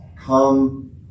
come